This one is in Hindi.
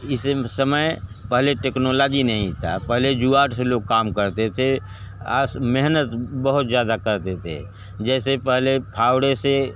इस समय पहले टेक्नोलाजी नहीं थी पहले जुगाड़ से लाेग काम करते थे आस मेहनत बहुत ज़्यादा करते थे जैसे पहले फावड़े से